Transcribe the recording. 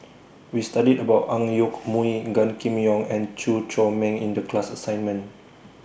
We studied about Ang Yoke Mooi Gan Kim Yong and Chew Chor Meng in The class assignment